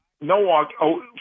No